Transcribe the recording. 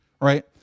right